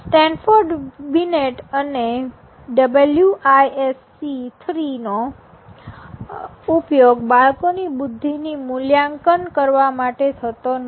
Stanford Binet અને WISC III નો ઉપયોગ બાળકોની બુદ્ધિનું મૂલ્યાંકન કરવા માટે થતો નથી